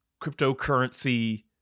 cryptocurrency